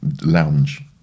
lounge